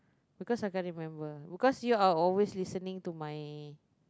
because I can't remember because you are always listening to my